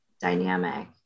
dynamic